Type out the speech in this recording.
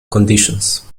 conditions